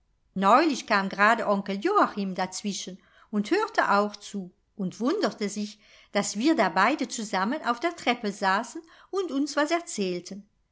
neulich kam grade onkel joachim dazwischen und hörte auch zu und wunderte sich daß wir da beide zusammen auf der treppe saßen und uns was erzählten